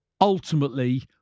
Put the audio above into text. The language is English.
ultimately